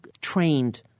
trained